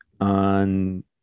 on